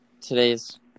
today's